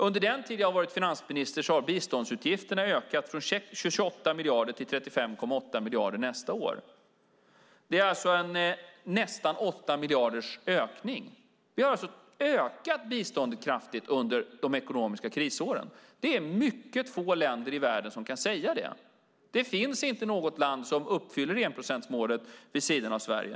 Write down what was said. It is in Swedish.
Under den tid jag har varit finansminister har biståndsutgifterna ökat från 28 miljarder till 35,8 miljarder nästa år, en ökning med nästan 8 miljarder. Under de ekonomiska krisåren har vi alltså ökat biståndet kraftigt. Det är mycket få länder i världen som kan säga det. Det finns inte något land som uppfyller enprocentsmålet vid sidan av Sverige.